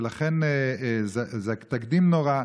לכן זה תקדים נורא.